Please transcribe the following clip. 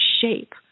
shape